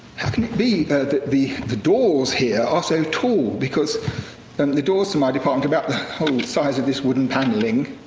how can it be that the, the doors here are so tall? because and the doors to my department are about the whole size of this wooden paneling.